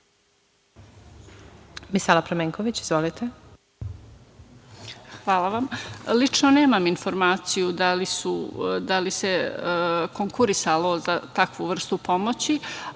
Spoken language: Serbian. **Misala Pramenković** Hvala vam. Lično nemam informaciju da li se konkurisalo za takvu vrstu pomoći,